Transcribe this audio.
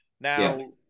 now